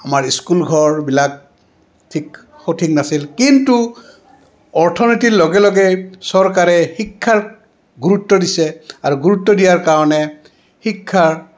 আমাৰ স্কুল ঘৰবিলাক ঠিক সঠিক নাছিল কিন্তু অৰ্থনীতিৰ লগে লগে চৰকাৰে শিক্ষাৰ গুৰুত্ব দিছে আৰু গুৰুত্ব দিয়াৰ কাৰণে শিক্ষাৰ